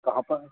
कहाँ पर